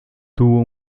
tuvo